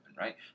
right